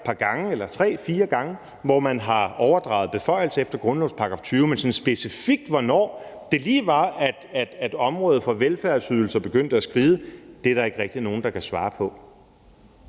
par gange, tre, fire gange, hvor man har overdraget beføjelser efter grundlovens § 20. Men sådan specifikt hvornår det lige var, at området for velfærdsydelser begyndte at skride, er der ikke rigtig nogen, der kan svare på,